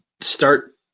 start